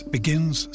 Begins